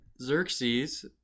Xerxes